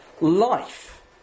Life